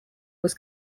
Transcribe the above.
was